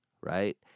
Right